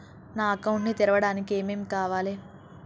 నా అకౌంట్ ని తెరవడానికి ఏం ఏం కావాలే?